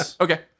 Okay